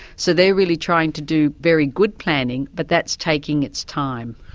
so they're really trying to do very good planning, but that's taking its time.